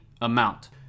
amount